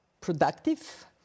productive